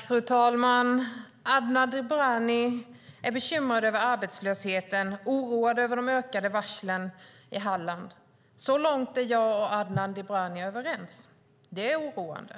Fru talman! Adnan Dibrani är bekymrad över arbetslösheten och oroad över de ökade varslen i Halland. Så långt är jag och Adnan Dibrani överens. Det är oroande.